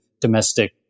domestic